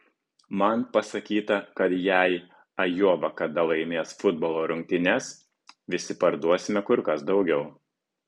man pasakyta kad jei ajova kada laimės futbolo rungtynes visi parduosime kur kas daugiau